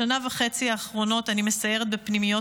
בשנה וחצי האחרונות אני מסיירת בפנימיות